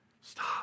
Stop